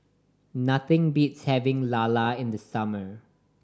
nothing beats having lala in the summer